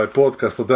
podcast